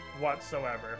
whatsoever